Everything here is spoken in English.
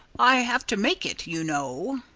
i have to make it, you know.